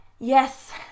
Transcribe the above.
yes